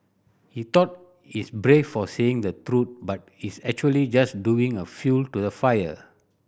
he thought he's brave for saying the truth but he's actually just doing a fuel to the fire